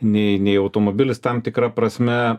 nei nei automobilis tam tikra prasme